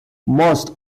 most